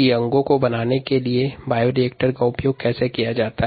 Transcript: यह आपको बायोरिएक्टर के उपयोग से अंगों के